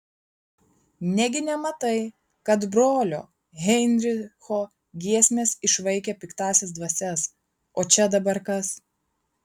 negi nematai kad brolio heinricho giesmės išvaikė piktąsias dvasias o čia dabar kas